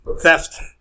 theft